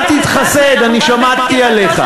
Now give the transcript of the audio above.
אל תתחסד, שמעתי עליך.